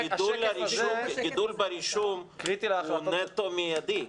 הגידול ברישום הוא נטו מיידי,